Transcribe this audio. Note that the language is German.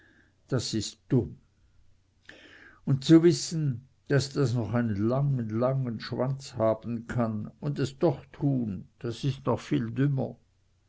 das ist dumm und zu wissen daß das noch einen langen langen schwanz haben kann und es doch tun das ist noch viel dümmer